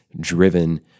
driven